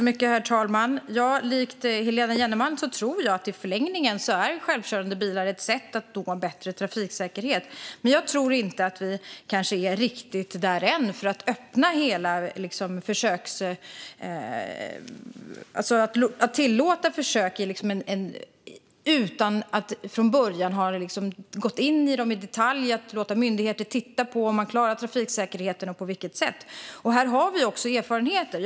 Herr talman! Likt Helena Gellerman tror jag att självkörande bilar i förlängningen är ett sätt att nå bättre trafiksäkerhet. Men jag tror inte att vi är riktigt där än att vi ska tillåta försök utan att från början ha gått in i dem i detalj och låtit myndigheter titta på om man klarar trafiksäkerheten och på vilket sätt. Här har vi också erfarenheter.